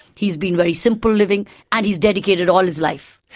he's been very simple living and he's dedicated all his life.